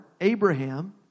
Abraham